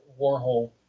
Warhol